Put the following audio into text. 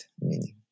meaning